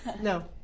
No